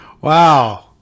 Wow